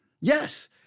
Yes